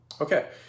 Okay